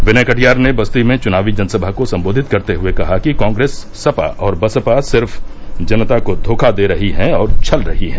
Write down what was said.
विनय कटियार ने बस्ती में चुनावी जनसभा को संबोधित करते हुए कहा कि कांग्रेस सपा और बसपा सिर्फ जनता को घोखा दे रही है और छल रही है